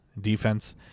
defense